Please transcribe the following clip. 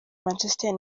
manchester